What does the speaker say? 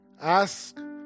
ask